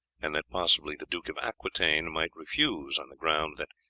and that possibly the duke of aquitaine might refuse on the ground that,